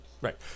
right